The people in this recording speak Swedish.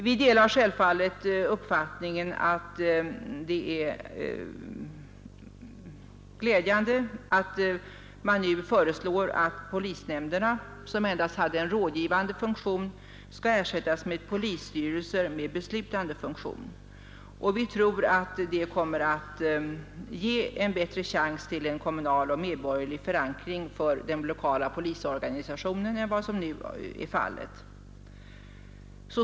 Vi delar självfallet uppfattningen att det är glädjande att man nu föreslår att polishämnderna, som endast hade en rådgivande funktion, skall ersättas med polisstyrelser med beslutande funktion. Vi tror att det kommer att ge den lokala polisorganisationen en bättre chans till kommunal och medborgerlig förankring än som nu är fallet.